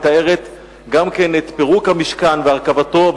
מתארת גם את פירוק המשכן והרכבתו,